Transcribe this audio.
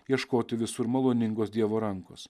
ieškoti visur maloningos dievo rankos